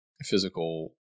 physical